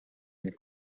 and